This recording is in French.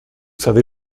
savez